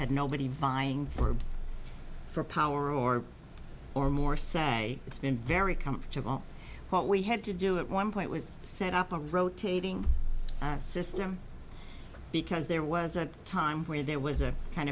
had nobody vying for for power more or more say it's been very comfortable what we had to do at one point was set up a rotating system because there was a time where there was a kind